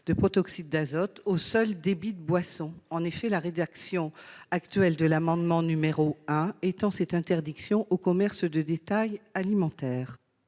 gaz protoxyde d'azote aux seuls débits de boissons. En effet, la rédaction actuelle de l'amendement n° 1 rectifié étend cette interdiction aux commerces de détail alimentaires.